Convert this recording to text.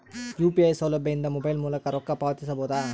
UPI ಸೌಲಭ್ಯ ಇಂದ mobile ಮೂಲಕ ರೊಕ್ಕ ಪಾವತಿಸ ಬಹುದಾ?